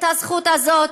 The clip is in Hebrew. את הזכות הזאת,